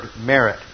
merit